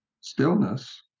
stillness